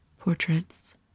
portraits